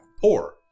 poor